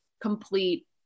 complete